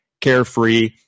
carefree